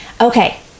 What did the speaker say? Okay